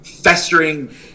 festering